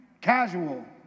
casual